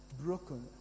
broken